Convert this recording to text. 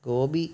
Gopi